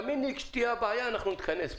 כשתהיה הבעיה, נתכנס פה.